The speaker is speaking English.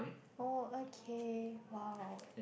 oh okay !wow!